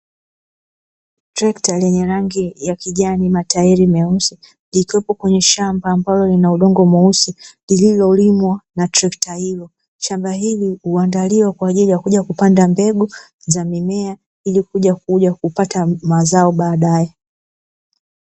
Trekta lenye rangi ya kijani, matairi meusi likiwepo kwenye shamba ambalo lina udongo mweusi lililolimwa na trekta hilo, shamba hili huandaliwa kwa ajili ya kuja kupanda mbegu za mimea ili kuja kupata mazao badae.